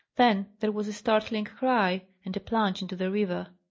then there was a startling cry and a plunge into the river.